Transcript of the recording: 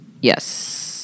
Yes